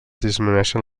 disminueixen